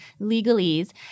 legalese